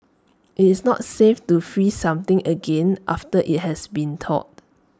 IT is not safe to freeze something again after IT has been thawed